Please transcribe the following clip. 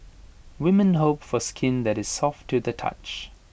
women hope for skin that is soft to the touch